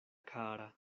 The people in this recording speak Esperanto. kara